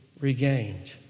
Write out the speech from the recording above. regained